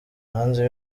hanze